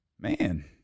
Man